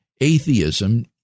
atheism